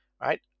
right